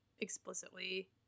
explicitly